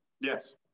Yes